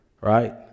right